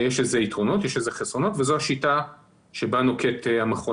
יש לזה יתרונות ויש לזה חסרונות וזו השיטה בה נוקט המכון